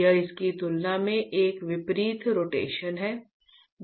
यह इसकी तुलना में एक विपरीत रोटेशन है